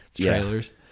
trailers